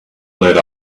let